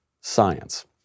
science